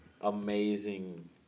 Amazing